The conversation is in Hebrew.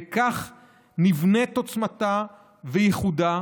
בכך נבנים עוצמתה וייחודה,